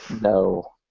no